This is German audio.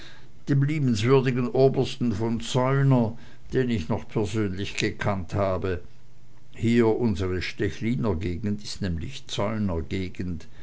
dem liebenswürdigen obersten von zeuner den ich noch persönlich gekannt habe hier unsre stechliner gegend ist nämlich